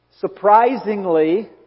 surprisingly